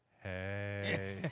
Hey